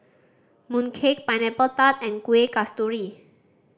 mooncake Pineapple Tart and Kuih Kasturi